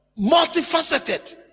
multifaceted